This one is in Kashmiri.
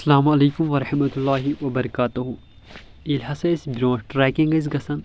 السلام عليكم ورحمة الله وبركاته ییٚلہِ ہسا أسۍ برٛونٛٹھ ٹرٛیکنٛگ ٲسۍ گژھان